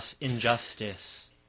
injustice